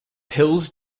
pills